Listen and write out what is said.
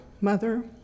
mother